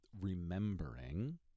remembering